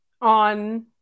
on